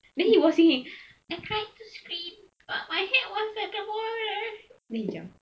then he say I tried to scream but my hand is at the water then he jump